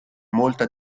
molta